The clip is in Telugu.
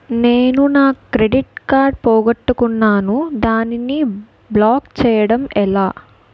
నేను నా క్రెడిట్ కార్డ్ పోగొట్టుకున్నాను దానిని బ్లాక్ చేయడం ఎలా?